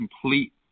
complete